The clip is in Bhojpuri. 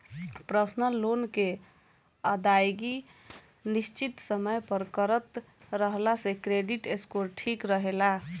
पर्सनल लोन के अदायगी निसचित समय पर करत रहला से क्रेडिट स्कोर ठिक रहेला